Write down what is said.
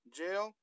jail